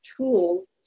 tools